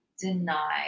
deny